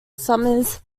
summers